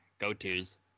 go-tos